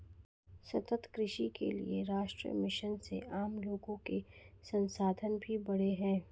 सतत कृषि के लिए राष्ट्रीय मिशन से आम लोगो के संसाधन भी बढ़े है